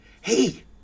Hey